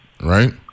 right